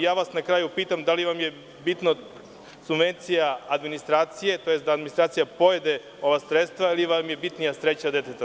Ja vas na kraju pitam - da li vam je bitna subvencija administracije, tj. da administracija pojede ova sredstva ili vam je bitnija sreća deteta?